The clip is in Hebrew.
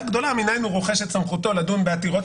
גדולה מניין הוא רוכש את סמכותו לדון בעתירות.